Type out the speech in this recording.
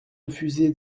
refusé